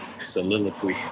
Soliloquy